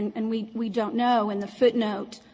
and we we don't know. in the footnote,